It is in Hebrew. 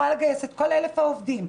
יתרון,